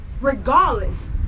regardless